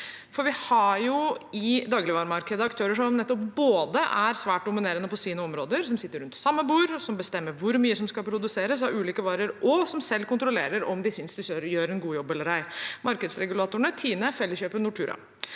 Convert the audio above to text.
Vi har i dagligvaremarkedet aktører som både er svært dominerende på sine områder, som sitter rundt samme bord, som bestemmer hvor mye som skal produseres av ulike varer, og som selv kontrollerer om de gjør en god jobb eller ei. Dette er markedsregulatorene Tine, Felleskjøpet og Nortura.